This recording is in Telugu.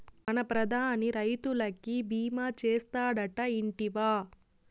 మన ప్రధాని రైతులకి భీమా చేస్తాడటా, ఇంటివా